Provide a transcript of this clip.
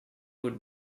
would